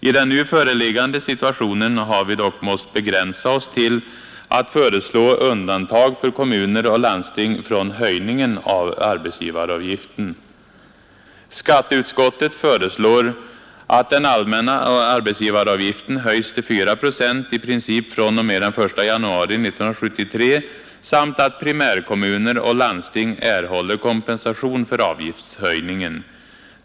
I den nu föreliggande situationen har vi dock måst begränsa oss till att föreslå undantag för kommuner och landsting från höjningen av arbetsgivaravgiften. Skatteutskottet föreslår ”att den allmänna arbetsgivaravgiften höjs till 4 procent i princip fr.o.m. den 1 januari 1973 samt att primärkommuner och landsting erhåller kompensation för avgiftshöjningen”.